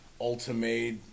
ultimate